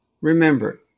remember